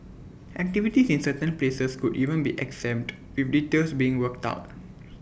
activities in certain places could even be exempt with details being worked out